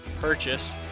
purchase